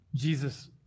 Jesus